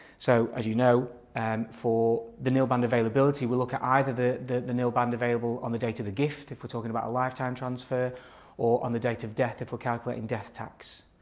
so as you know and for the nil band availability we'll look at either the the nil band available on the date of the gift if we're talking about a lifetime transfer or on the date of death if we're calculating death tax.